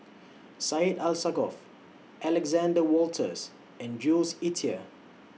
Syed Alsagoff Alexander Wolters and Jules Itier